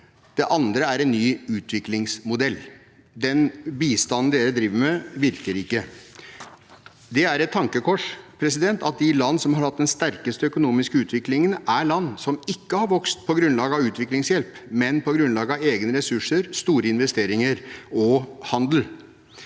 det andre er en ny utviklingsmodell – den bistanden dere driver med, virker ikke. Det er et tankekors at de land som har hatt den sterkeste økonomiske utviklingen, er land som ikke har vokst på grunnlag av utviklingshjelp, men på grunnlag av egne ressurser, store investeringer og handel.